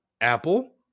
Apple